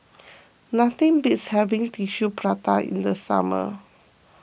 nothing beats having Tissue Prata in the summer